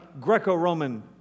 Greco-Roman